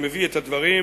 אני מביא את הדברים,